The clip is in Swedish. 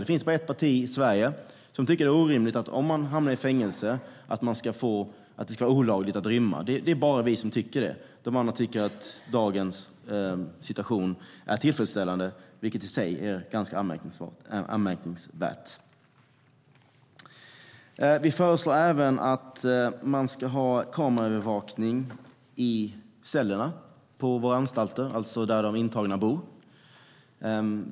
Det finns bara ett parti i Sverige som tycker att det är orimligt att det inte är olagligt att rymma från fängelse. De andra tycker att dagens situation är tillfredsställande, vilket i sig är anmärkningsvärt. Vi föreslår även att det ska finnas kameraövervakning i cellerna på våra anstalter, det vill säga där de intagna bor.